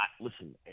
Listen